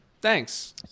Thanks